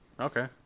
Okay